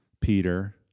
Peter